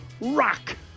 Rock